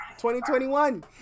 2021